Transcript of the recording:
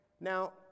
now